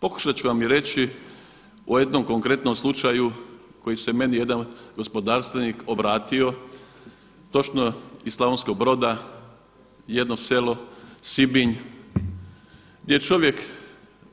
Pokušat ću vam i reći o jednom konkretnom slučaju koji se meni jedan gospodarstvenik obratio točno iz Slavonskog Broda jedno selo Sibinj, gdje je čovjek